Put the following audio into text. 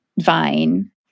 vine